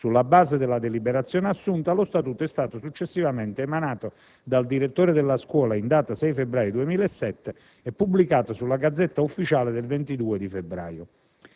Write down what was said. Sulla base della deliberazione assunta, lo statuto è stato successivamente emanato dal direttore della scuola, in data 6 febbraio 2007, e pubblicato sulla *Gazzetta* *Ufficiale* del 22 febbraio.